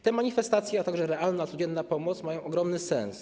Te manifestacje a także realna, codzienna pomoc mają ogromny sens.